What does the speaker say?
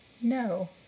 No